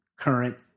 current